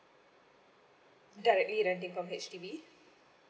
directly renting from H_D_B